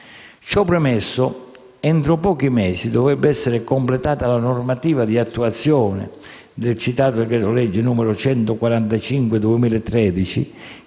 Ciò premesso, entro pochi mesi dovrebbe essere completata la normativa di attuazione del citato decreto-legge n. 145 del 2013,